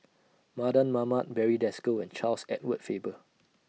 Mardan Mamat Barry Desker and Charles Edward Faber